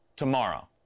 tomorrow